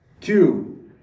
Two